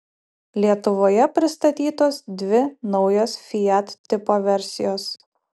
lietuvoje pristatytos dvi naujos fiat tipo versijos